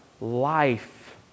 life